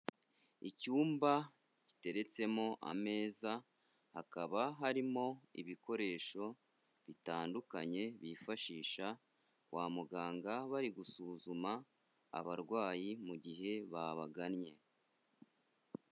Icyumba kiteretsemo ameza, hakaba harimo ibikoresho bitandukanye bifashisha kwa muganga bari gusuzuma abarwayi mu gihe babagannye.